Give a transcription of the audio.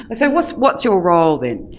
but so what's what's your role then?